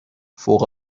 فوق